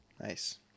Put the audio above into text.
Nice